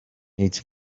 needs